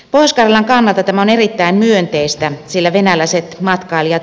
koskelan kannalta tämä on erittäin myönteistä sillä venäläiset matkailijat